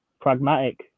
pragmatic